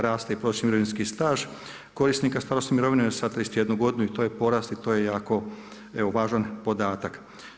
Raste i prosječni mirovinski staž korisnika starosne mirovine sa 31 godinu i to je porast i to je jako važan podatak.